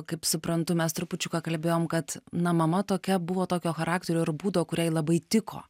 kaip suprantu mes trupučiuką kalbėjom kad na mama tokia buvo tokio charakterio ir būdo kuriai labai tiko